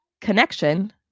connection